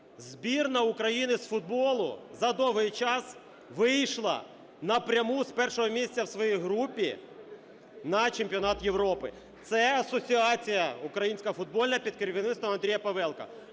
Збірна України з футболу за довгий час вийшла на пряму з першого місця у своїй групі на чемпіонат Європи. Це асоціація українська футбольна під керівництвом Андрія Павелка.